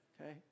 Okay